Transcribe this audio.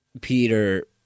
Peter